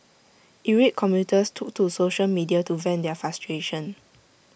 irate commuters took to social media to vent their frustration